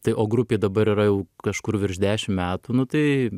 tai o grupė dabar yra jau kažkur virš dešim metų nu tai